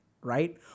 right